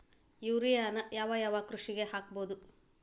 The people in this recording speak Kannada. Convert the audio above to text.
ಯೂರಿಯಾನ ಯಾವ್ ಯಾವ್ ಕೃಷಿಗ ಹಾಕ್ಬೋದ?